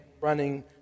running